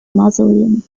mausoleum